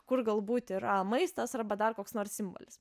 kur galbūt yra maistas arba dar koks nors simbolis